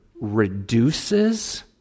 reduces